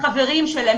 לחברים שלהם,